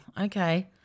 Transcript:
okay